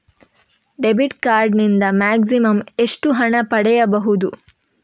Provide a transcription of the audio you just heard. Debit card ನಿಂದ maximum ಎಷ್ಟು ಹಣ ಪಡೆಯಬಹುದು?